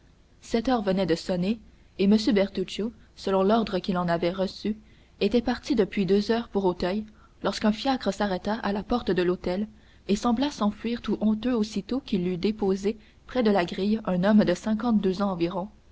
sept heures venaient de sonner et m bertuccio selon l'ordre qu'il en avait reçu était parti depuis deux heures pour auteuil lorsqu'un fiacre s'arrêta à la porte de l'hôtel et sembla s'enfuir tout honteux aussitôt qu'il eut déposé près de la grille un homme de cinquante-deux ans environ